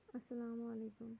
اَسلامُ علیکُم